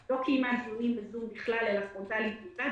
היא לא קיימה דיונים בזום בכלל אלא דיונים פרונטליים בלבד.